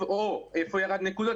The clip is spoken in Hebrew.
או איפה ירד נקודות,